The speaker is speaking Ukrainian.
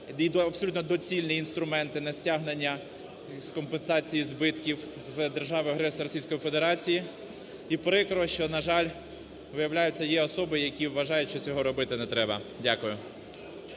абсолютно доцільні інструменти на стягнення компенсації збитків з держави-агресора Російської Федерації. І прикро, що, на жаль, виявляється є особи, які вважають, що цього робити не треба. Дякую.